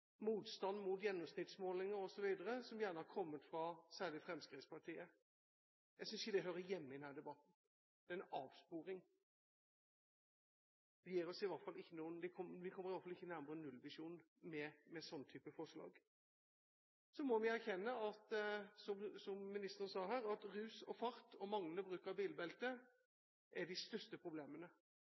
motstand mot gjennomsnittsmålinger osv., som særlig har kommet fra Fremskrittspartiet. Jeg synes ikke det hører hjemme i denne debatten. Det er en avsporing. Vi kommer iallfall ikke noe nærmere nullvisjonen med slike typer forslag. Som statsråden sa, må vi erkjenne at rus og fart og manglende bruk av bilbelte er de største problemene.